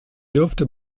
dürfte